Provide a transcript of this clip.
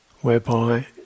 whereby